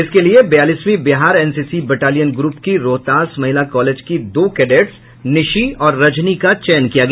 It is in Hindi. इसके लिये बयालीसवीं बिहार एनसीसी बटालियन ग्रुप की रोहतास महिला कॉलेज की दो कैड्टस निशी और रजनी का चयन किया गया